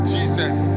Jesus